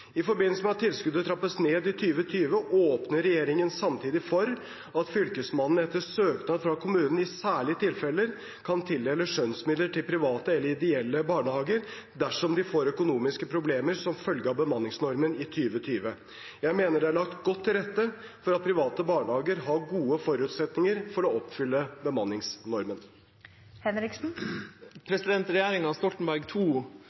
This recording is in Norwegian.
I forbindelse med at tilskuddet trappes ned i 2020, åpner regjeringen samtidig for at Fylkesmannen etter søknad fra kommunen i særlige tilfeller kan tildele skjønnsmidler til private eller ideelle barnehager dersom de får økonomiske problemer som følge av bemanningsnormen i 2020. Jeg mener det er lagt godt til rette for at private barnehager har gode forutsetninger for å oppfylle bemanningsnormen. Regjeringa Stoltenberg II